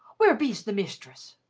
where be's the misthress?